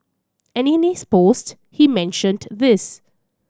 and in his post he mentioned this